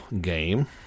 game